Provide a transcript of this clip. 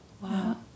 Wow